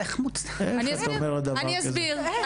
אני אסביר.